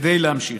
כדי להמשיך.